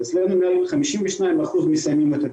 אצלנו 52% מסיימים את הטיפול.